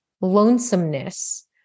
lonesomeness